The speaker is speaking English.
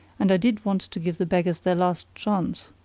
and i did want to give the beggars their last chance.